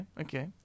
okay